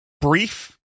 brief